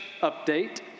update